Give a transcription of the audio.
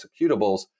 executables